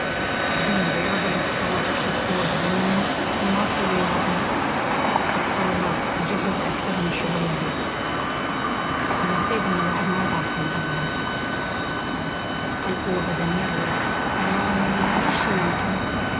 تصدقون الرياضة إلي تتطلب أكثر قوة بدنية؟ ما في رياضة تتطلب جهد أكثر من شغل البيت والمصيبة أن الواحد ما يضعف منها بعد... أقل قوة بدنية رياضة... والله المشي يمكن.